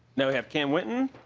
now we have kim winton